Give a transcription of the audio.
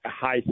high